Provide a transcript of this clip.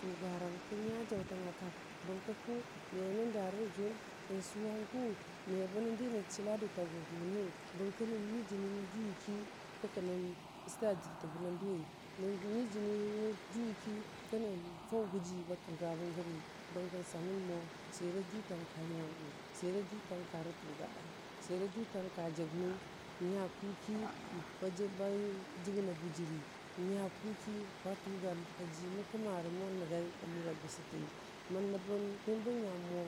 Tugarang kən nya jautanga kak, bərə ki ku mu nən da re rə jʊn, nsʊ wangu mebənən di nən chilka dʊke a gʊ niyʊ bən kə nən me jini nən juwi ki, kikə nən sʊta jini bənən dʊi, nən mejini nən jʊwiki, ki kənən faʊ gʊji ba tʊga bən gərə bəngən samən mo swer a jʊtang ka nyagʊ, swer a jʊtang karo tʊgarang, swer a jʊtang ka jəg ni, nya kww ki ba jogən a bʊjiti, nyə kʊʊ ki ba tʊgan aji mən kəmarə mo nəngai a murə gʊsʊte mə nəbən nyəmbə nyam mo